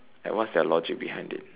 like what's they're logic behind it